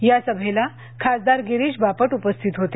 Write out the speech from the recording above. या सभेला खासदार गिरीश बापट उपस्थित होते